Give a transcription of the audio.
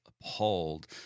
appalled